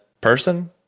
person